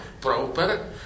proper